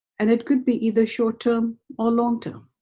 and it could be either short-term or long-term.